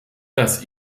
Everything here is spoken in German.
dass